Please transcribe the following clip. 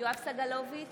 יואב סגלוביץ'